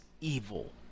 evil